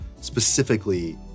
specifically